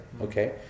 okay